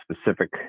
specific